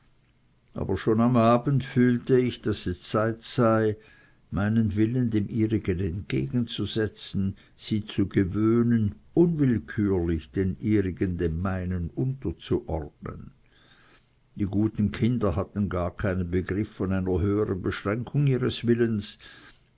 aber schon am abend fühlte ich daß es zeit sei meinen willen dem ihrigen entgegen zu setzen sie zu gewöhnen unwillkürlich den ihrigen dem meinen unterzuordnen die guten kinder hatten gar keinen begriff von einer höhern beschränkung ihres willens